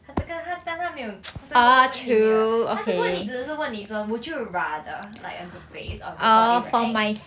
他这个他但他没有 他在问这个问题他是问你他只是问你说 would you rather like a good face or a good body right